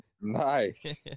Nice